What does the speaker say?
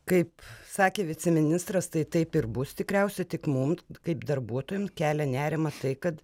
kaip sakė viceministras tai taip ir bus tikriausia tik mum kaip darbuotojam kelia nerimą tai kad